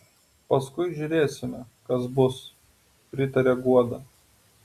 paskui žiūrėsime kas bus pritaria guoda